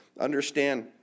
understand